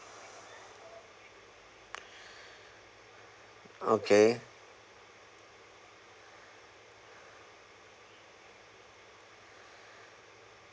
okay